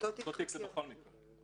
באותו תיק זה בכל מקרה.